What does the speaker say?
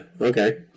okay